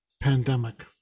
pandemic